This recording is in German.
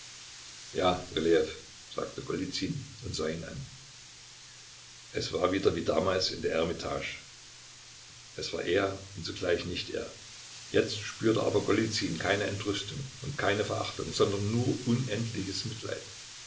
ja rylejew sagte golizyn und sah ihn an es war wieder wie damals in der eremitage es war er und zugleich nicht er jetzt spürte aber golizyn keine entrüstung und keine verachtung sondern nur unendliches mitleid